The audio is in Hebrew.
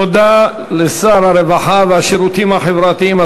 תודה לשר הרווחה והשירותים החברתיים,